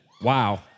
Wow